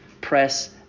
Press